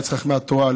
מועצת חכמי התורה,